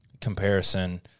comparison